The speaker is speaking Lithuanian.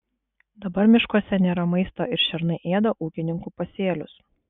dabar miškuose nėra maisto ir šernai ėda ūkininkų pasėlius